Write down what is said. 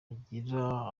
agira